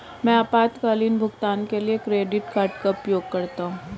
मैं आपातकालीन भुगतान के लिए क्रेडिट कार्ड का उपयोग करता हूं